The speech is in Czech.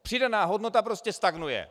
Přidaná hodnota prostě stagnuje.